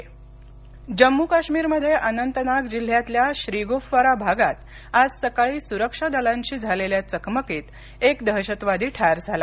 जम्म काश्मीर जम्मू काश्मीरमध्ये अनंतनाग जिल्ह्यातल्या श्रीगुफवारा भागात आज सकाळी सुरक्षा दलांशी झालेल्या चकमकीत एक दहशतवादी ठार झाला